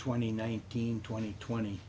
twenty nineteen twenty twenty